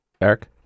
Eric